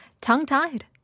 tongue-tied